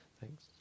Thanks